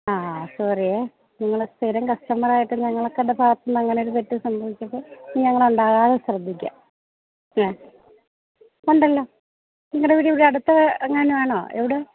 ആ സോറിയേ നിങ്ങള് സ്ഥിരം കസ്റ്റമറായിട്ടും ഞങ്ങൾക്കടെ ഭാഗത്തുനിന്ന് അങ്ങനൊരു തെറ്റ് സംഭവിച്ചപ്പോള് ഇനി ഞങ്ങൾ ഉണ്ടാകാതെ ശ്രദ്ധിക്കാം ആ ഉണ്ടല്ലോ നിങ്ങളുടെ വീട് ഇവിടെ അടുത്ത് എങ്ങാനുമാണോ എവിടെ